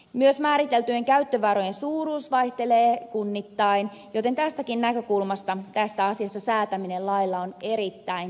myös määriteltyjen käyttövarojen suuruus vaihtelee kunnittain joten tästäkin näkökulmasta tästä asiasta säätäminen lailla on erittäin tärkeää